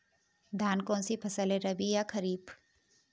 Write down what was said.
धान कौन सी फसल है रबी या खरीफ?